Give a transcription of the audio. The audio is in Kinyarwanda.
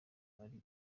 ari